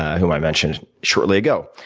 who i mentioned shortly ago.